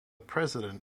president